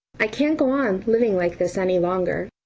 i can't go on living like this any longer.